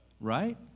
right